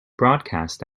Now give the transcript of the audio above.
broadcast